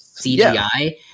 cgi